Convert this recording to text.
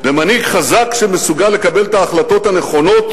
במנהיג חזק שמסוגל לקבל את ההחלטות הנכונות